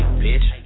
bitch